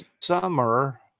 summer